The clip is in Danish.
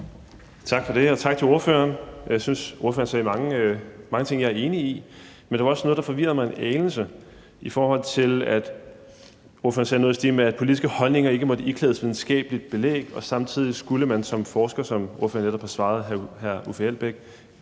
Tak for det, og tak til ordføreren. Jeg synes, ordføreren sagde mange ting, jeg er enig i. Men der var også noget, der forvirrede mig en anelse, i forhold til at ordføreren sagde noget i stil med, at politiske holdninger ikke måtte iklædes videnskabeligt belæg, og samtidig skulle man som forsker, som ordføreren netop har svaret hr. Uffe Elbæk,